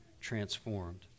transformed